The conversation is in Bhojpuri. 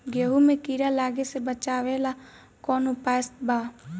गेहूँ मे कीड़ा लागे से बचावेला कौन उपाय बा?